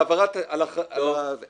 נעשה פיילוט, והוא נכשל.